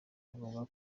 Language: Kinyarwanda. avuga